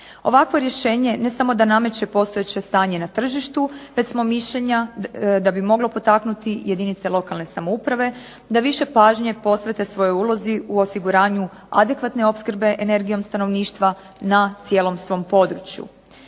Ovakvo rješenje ne samo da nameće postojeće stanje na tržištu već smo mišljenja da bi moglo potaknuti jedinice lokalne samouprave da više pažnje posvete svojoj ulozi u osiguranju adekvatne opskrbe energijom stanovništva na cijelom svom području.